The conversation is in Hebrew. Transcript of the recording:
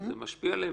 זה משפיע עליהם,